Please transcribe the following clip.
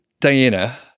Diana